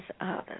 others